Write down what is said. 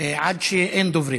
עד שאין דוברים,